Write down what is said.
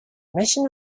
mission